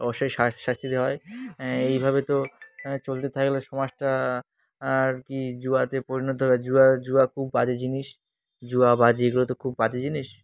অবশ্যই শ শাস্তি দেওয়া হয় এইভাবে তো চলতে থাকলে সমাজটা আর কি জুয়াতে পরিণত হবে জুয়া জুয়া খুব বাজে জিনিস জুয়া বাজি এগুলো তো খুব বাজে জিনিস